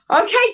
Okay